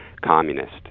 communist